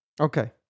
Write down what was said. Okay